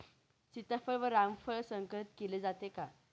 सीताफळ व रामफळ संकरित केले जाते का?